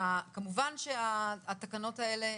שכמובן שהתקנות האלה,